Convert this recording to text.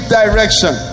direction